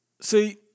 See